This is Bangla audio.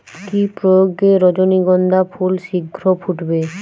কি প্রয়োগে রজনীগন্ধা ফুল শিঘ্র ফুটবে?